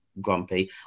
grumpy